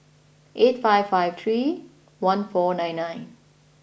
eight five five three one four nine nine